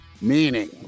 meaning